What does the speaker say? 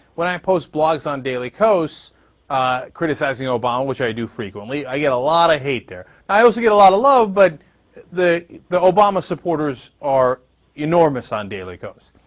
when i post blogs on daily kos criticizing obama, which i do frequently, i get a lot of hate there. i also get a lot of love, but the the obama supporters are enormous on daily kos.